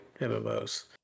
MMOs